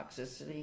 toxicity